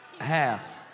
Half